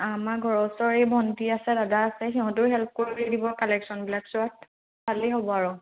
আমাৰ ঘৰৰ ওচৰ এই ভণ্টি আছে দাদা আছে সিহঁতেও হেল্প কৰি দিব কালেকশ্যনবিলাক চোৱাত ভালেই হ'ব আৰু